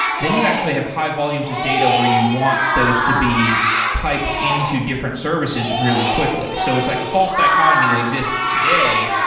then actually have high volumes of data where you want those to be piped into different services really quickly. so it's like a false dichotomy that exists today,